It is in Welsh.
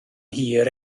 hir